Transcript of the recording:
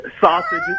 sausage